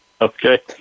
Okay